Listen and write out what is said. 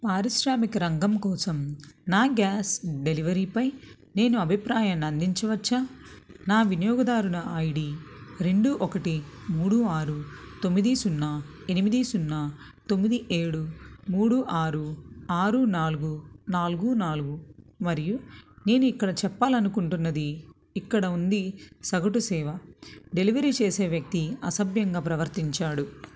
పారిశ్రామిక రంగం కోసం నా గ్యాస్ డెలివరీపై నేను అభిప్రాయాన్ని అందించవచ్చా నా వినియోగదారుల ఐ డీ రెండు ఒకటి మూడు ఆరు తొమ్మిది సున్నా ఎనిమిది సున్నా తొమ్మిది ఏడు మూడు ఆరు ఆరు నాలుగు నాలుగు నాలుగు మరియు నేను ఇక్కడ చెప్పాలి అనుకుంటున్నది ఇక్కడ ఉంది సగటు సేవ డెలివరీ చేసే వ్యక్తి అసభ్యంగా ప్రవర్తించాడు